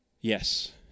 yes